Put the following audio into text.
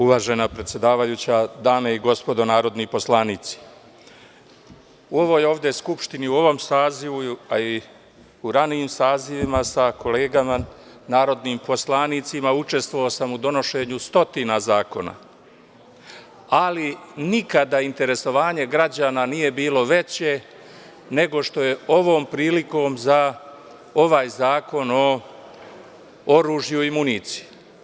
Uvažena predsedavajuća, dame i gospodo narodni poslanici, u ovoj ovde Skupštini u ovom sazivu, a i u ranijim sazivima, sa kolegama narodnim poslanicima učestvovao sam u donošenju stotina zakona, ali nikada interesovanje građana nije bilo veće nego što je ovom prilikom za ovaj Zakon o oružju i municiji.